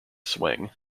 swing